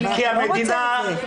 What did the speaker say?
אבל אתה לא רוצה את זה.